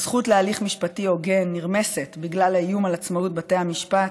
הזכות להליך משפטי הוגן נרמסת בגלל האיום על עצמאות בתי המשפט,